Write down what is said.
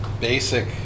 basic